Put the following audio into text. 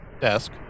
desk